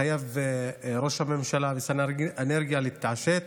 ראש הממשלה ושר האנרגיה חייבים להתעשת,